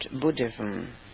Buddhism